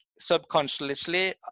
subconsciously